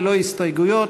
ללא הסתייגויות.